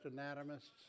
anatomists